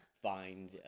find